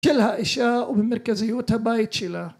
..האישה ובמרכזיות הבית שלה